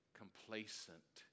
complacent